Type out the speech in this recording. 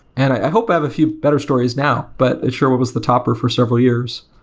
and i hope i have a few better stories now, but it sure was the topper for several years.